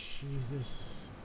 Jesus